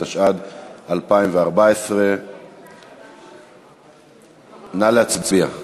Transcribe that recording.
התשע"ד 2014. נא להצביע.